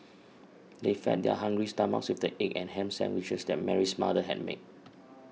they fed their hungry stomachs with the egg and ham sandwiches that Mary's mother had made